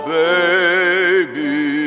baby